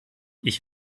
ich